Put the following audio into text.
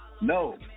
No